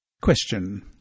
Question